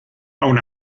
aun